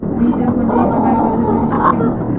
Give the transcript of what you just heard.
मी इतर कोणत्याही प्रकारे कर्ज फेडू शकते का?